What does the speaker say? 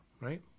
right